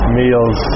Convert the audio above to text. meals